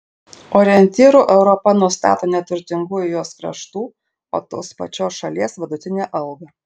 orientyru europa nustato ne turtingųjų jos kraštų o tos pačios šalies vidutinę algą